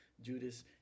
Judas